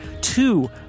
two